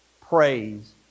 praise